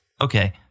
okay